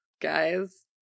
guys